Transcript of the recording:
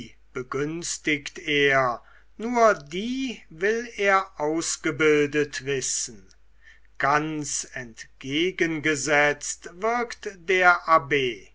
begünstigt er nur die will er ausgebildet wissen ganz entgegengesetzt wirkt der abb